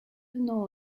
know